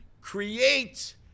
create